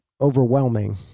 overwhelming